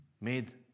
made